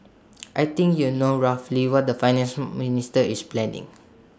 I think you know roughly what the finance minister is planning